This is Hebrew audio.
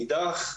מאידך,